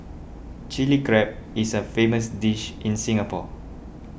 Chilli Crab is a famous dish in Singapore